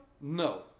No